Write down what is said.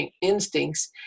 instincts